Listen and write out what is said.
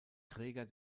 träger